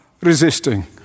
resisting